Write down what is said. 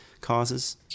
causes